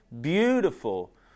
Beautiful